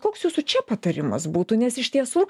koks jūsų čia patarimas būtų nes iš tiesų